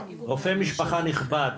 רופא משפחה נכבד,